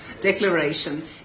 declaration